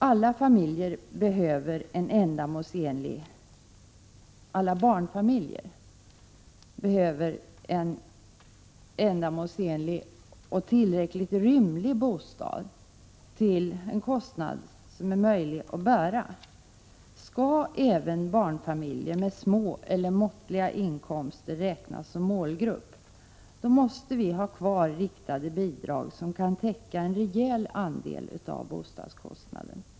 Alla barnfamiljer behöver en ändamålsenlig, tillräckligt rymlig bostad till en kostnad som är möjlig att bära. Skall även familjer med små eller måttliga inkomster räknas som målgrupp, måste vi ha kvar riktade bidrag som kan täcka en rejäl andel av bostadskostnaden.